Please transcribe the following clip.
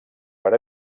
per